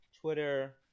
Twitter